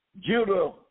Judah